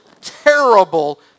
terrible